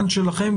עניין שלכם.